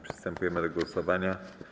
Przystępujemy do głosowania.